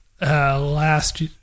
last